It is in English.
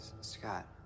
Scott